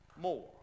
more